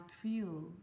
feel